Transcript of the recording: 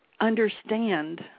understand